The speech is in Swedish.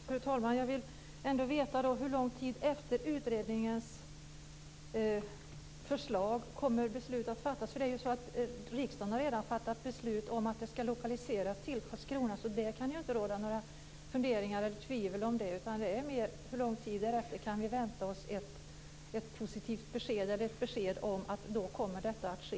Fru talman! Jag vill ändå veta hur lång tid efter utredningens förslag beslut kommer att fattas. Riksdagen har redan fattat beslut om lokaliseringen till Karlskrona. Den kan det alltså inte råda några tvivel om. Hur lång tid därefter kan vi vänta oss ett besked om att detta kommer att ske?